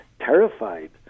terrified